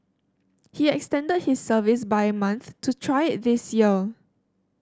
he extended his service by a month to try it this year